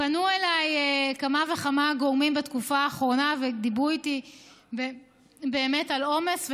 פנו אליי כמה וכמה גורמים בתקופה האחרונה ודיברו איתי באמת על עומס,